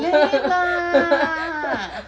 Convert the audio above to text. lame lah